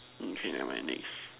mm okay never mind next